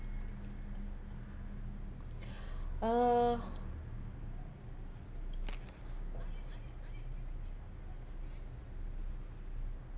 uh